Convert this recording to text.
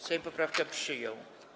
Sejm poprawkę przyjął.